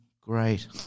great